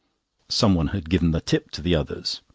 someone had given the tip to the others.